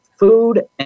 Food